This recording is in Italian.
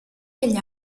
agli